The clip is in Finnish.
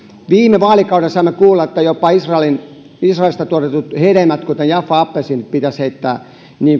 viime vaalikaudella saimme kuulla että jopa israelissa israelissa tuotetut hedelmät kuten jaffa appelsiinit pitäisi heittää